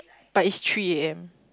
but it's three A_M